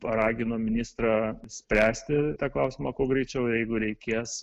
paragino ministrą spręsti tą klausimą kuo greičiau jeigu reikės